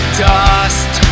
dust